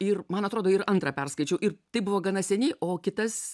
ir man atrodo ir antrą perskaičiau ir tai buvo gana seniai o kitas